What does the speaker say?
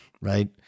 Right